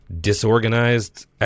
disorganized